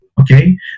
Okay